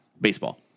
Baseball